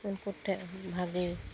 ᱩᱱᱠᱚ ᱴᱷᱮᱡ